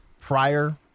prior